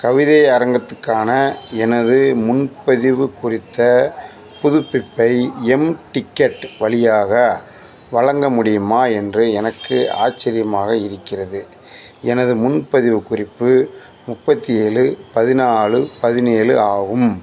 கவிதையரங்கத்துக்கான எனது முன்பதிவு குறித்த புதுப்பிப்பை எம் டிக்கெட் வழியாக வழங்க முடியுமா என்று எனக்கு ஆச்சரியமாக இருக்கிறது எனது முன்பதிவு குறிப்பு முப்பத்தி ஏழு பதினாலு பதினேழு ஆகும்